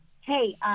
hey